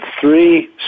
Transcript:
three